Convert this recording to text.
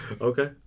Okay